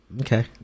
Okay